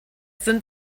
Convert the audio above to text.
sind